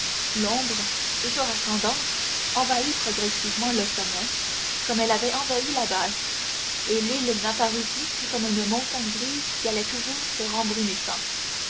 l'ombre toujours ascendante envahit progressivement le sommet comme elle avait envahi la base et l'île n'apparut plus que comme une montagne grise qui allait toujours se rembrunissant